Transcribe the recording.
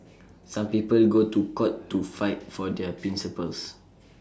some people go to court to fight for their principles